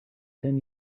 ten